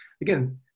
again